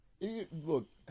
look